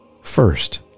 first